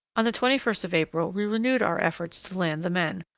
on the twenty first of april we renewed our efforts to land the men,